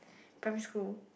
primary school